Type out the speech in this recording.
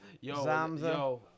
yo